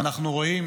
ואנחנו רואים